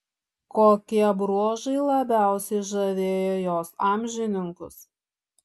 kokie bruožai labiausiai žavėjo jos amžininkus